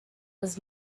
was